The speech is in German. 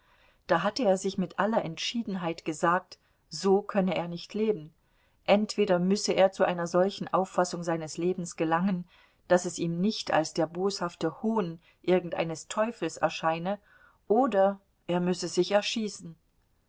da hatte er sich mit aller entschiedenheit gesagt so könne er nicht leben entweder müsse er zu einer solchen auffassung seines lebens gelangen daß es ihm nicht als der boshafte hohn irgendeines teufels erscheine oder er müsse sich erschießen